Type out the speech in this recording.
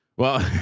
well,